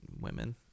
women